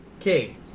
Okay